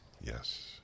Yes